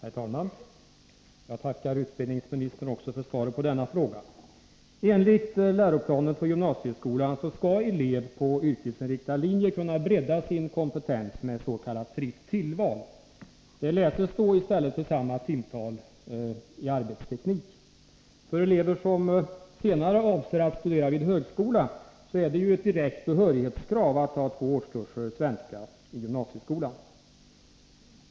Herr talman! Jag tackar utbildningsministern också för svaret på denna fråga. Enligt läroplanen för gymnasieskolan skall elev på yrkesinriktad linje kunna bredda sin kompetens med s.k. fritt tillval. Detta läses då i stället för samma timtal i arbetsteknik. För elever som avser att senare studera vid högskola är det ett direkt behörighetskrav att ha två årskurser svenska i gymnasieskolan.